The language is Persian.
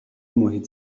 محیط